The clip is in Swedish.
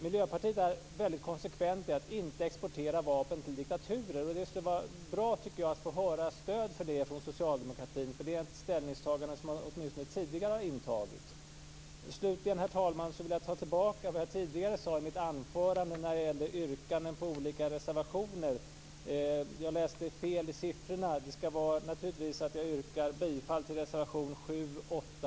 Miljöpartiet är väldigt konsekvent i att vi inte vill att Sverige skall exportera vapen till diktaturer. Det vore bra att få ett uttryckligt stöd för detta från socialdemokraterna. Det är en ståndpunkt som de åtminstone tidigare har intagit. Herr talman! Slutligen vill jag ta tillbaka mina yrkanden i mitt tidigare anförande. Jag läste fel i papperen. Jag yrkar alltså bifall till reservationerna nr 7, 8